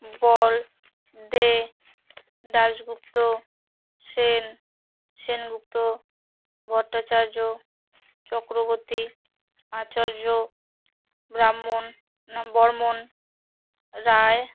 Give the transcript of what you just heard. বল দে দাশগুপ্ত সেন সেনগুপ্ত ভট্টাচার্য চক্রবর্তী আচার্য ব্রাহ্মণ না বর্মন রায়